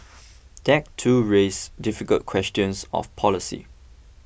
that too raises difficult questions of policy